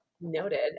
Noted